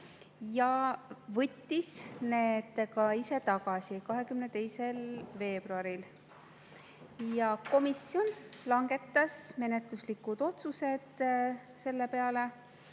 ja võttis need ka ise tagasi 22. veebruaril. Komisjon langetas menetluslikud otsused: teha ettepanek